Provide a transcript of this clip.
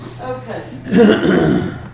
Okay